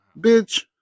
Bitch